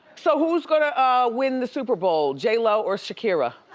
so who's gonna win the super bowl? j lo or shakira?